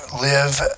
live